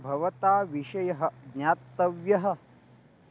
भवता विषयः ज्ञातव्यः